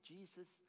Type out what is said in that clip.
Jesus